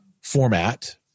format